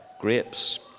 grapes